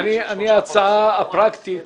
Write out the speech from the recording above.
ההצעה הפרקטית